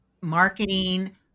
marketing